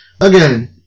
Again